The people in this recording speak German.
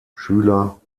schüler